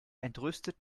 entrüstet